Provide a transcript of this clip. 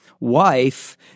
wife